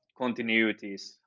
continuities